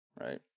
Right